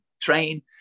train